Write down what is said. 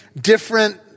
different